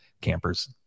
campers